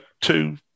two